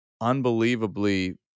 unbelievably